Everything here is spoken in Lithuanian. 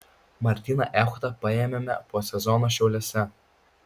martyną echodą paėmėme po sezono šiauliuose